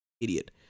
idiot